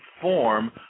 form